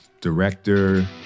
director